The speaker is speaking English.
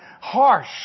harsh